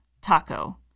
taco